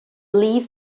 leave